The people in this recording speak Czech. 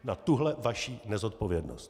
Na tuhle vaši nezodpovědnost!